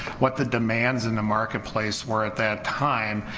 what the demands in the marketplace were at that time,